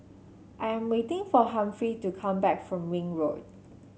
I am waiting for Humphrey to come back from Ring Road